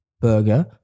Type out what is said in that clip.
burger